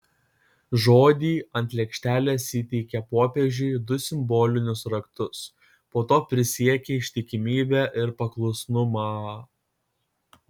žodį ant lėkštelės įteikė popiežiui du simbolinius raktus po to prisiekė ištikimybę ir paklusnumą